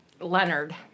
Leonard